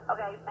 Okay